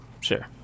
sure